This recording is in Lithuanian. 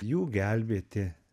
jų gelbėti